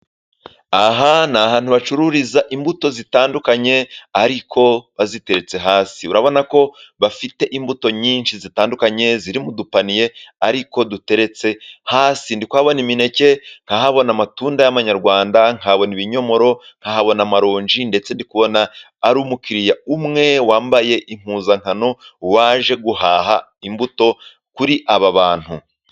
Aha ni ahantu hacururizwa imbuto zitandukanye , ariko baziteretse hasi. Urabona ko bafite imbuto nyinshi zitandukanye ziri mu dupaniye, ariko duteretse hasi. Ndi kubonaho imineke, nkahabona amatunda y'amanyarwanda, nkabona ibinyomoro, nkahabona amaronji ndetse ndi kubona ari umukiriya umwe wambaye impuzankano waje guhaha imbuto kuri aba bantu.